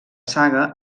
saga